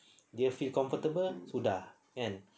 dia feel comfortable sudah kan